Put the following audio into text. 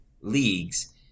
leagues